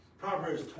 Proverbs